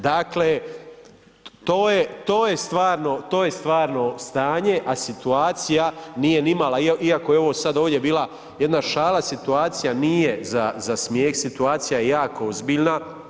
Dakle, to je stvarno, to je stvarno stanje a situacija nije ni mala, iako je ovo sada ovdje bila jedna šala, situacija nije za smijeh, situacija je jako ozbiljna.